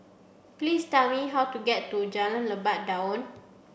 please tell me how to get to Jalan Lebat Daun